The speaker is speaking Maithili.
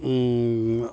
से